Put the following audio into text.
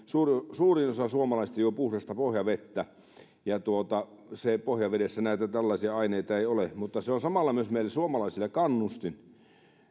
suurin osa suomalaisista juo puhdasta pohjavettä ja pohjavedessä näitä tällaisia aineita ei ole mutta se on samalla meille suomalaisille myös kannustin